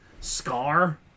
Scar